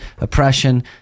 oppression